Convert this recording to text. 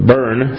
Burn